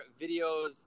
videos